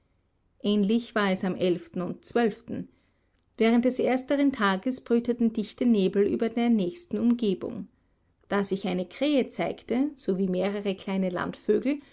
ähnlich war es am und während des ersteren tages brüteten dichte nebel über der nächsten umgebung da sich eine krähe zeigte sowie mehrere kleine landvögel